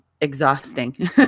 Exhausting